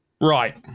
Right